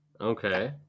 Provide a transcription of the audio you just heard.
Okay